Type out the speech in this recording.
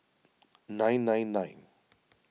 nine nine nine